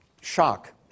shock